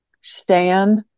stand